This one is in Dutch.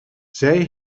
zij